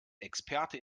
experte